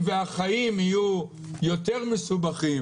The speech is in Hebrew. והחיים יהיו יותר מסובכים,